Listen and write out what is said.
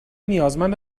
نیازمند